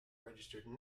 registered